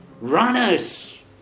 runners